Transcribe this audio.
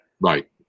Right